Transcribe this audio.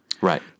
Right